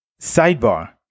Sidebar